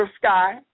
Sky